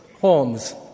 homes